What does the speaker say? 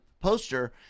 poster